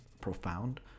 profound